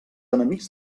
enemics